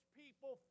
people